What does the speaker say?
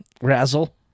Razzle